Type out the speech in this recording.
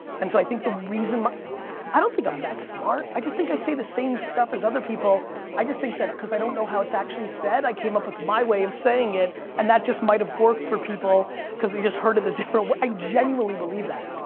and so i think the reason i don't think i'm that smart. i just think i say the same stuff as other people i just think that because i don't know how it's actually said i came up with my way of saying it and that just might've worked for people because they just heard it a different way. i genuinely believe that.